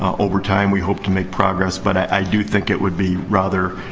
over time, we hope to make progress. but i do think it would be rather.